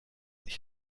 ich